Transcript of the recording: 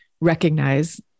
recognize